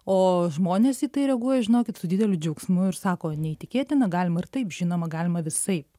o žmonės į tai reaguoja žinokit su dideliu džiaugsmu ir sako neįtikėtina galima ir taip žinoma galima visaip